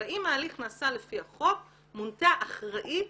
אלא אם ההליך נעשה לפי החוק מונתה אחראית